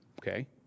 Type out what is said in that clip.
okay